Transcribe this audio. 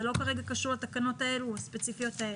זה לא קשור כרגע לתקנות הספציפיות שבפנינו.